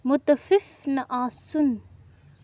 مُتفِف نہٕ آسُن